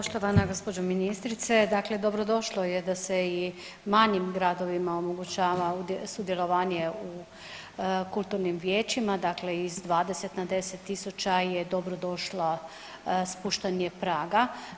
Poštovana gospođo ministrice, dakle dobrodošlo je da se i manjim gradovima omogućava sudjelovanje u kulturnim vijećima, dakle iz 20 na 10.000 je dobro došla spuštanje praga.